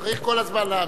צריך כל הזמן להאמין.